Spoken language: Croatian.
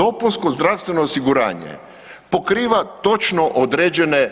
Dopunsko zdravstveno osiguranje pokriva točno određene